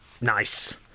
Nice